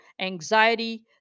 anxiety